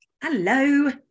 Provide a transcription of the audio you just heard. Hello